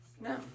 No